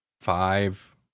five